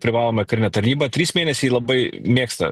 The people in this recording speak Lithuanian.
privalomą karinę tarnybą trys mėnesiai labai mėgsta